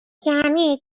یعنی